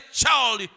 child